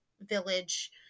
village